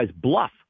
bluff